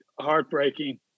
heartbreaking